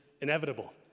inevitable